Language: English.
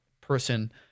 person